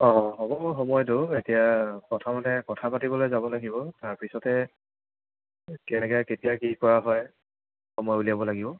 অঁ হ'ব সময়টো এতিয়া প্ৰথমতে কথা পাতিবলৈ যাব লাগিব তাৰপিছতে কেনেকৈ কেতিয়া কি কৰা হয় সময় উলিয়াব লাগিব